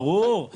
ברור.